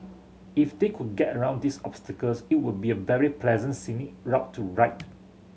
if they could get around these obstacles it would be a very pleasant scenic route to rite